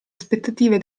aspettative